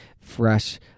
fresh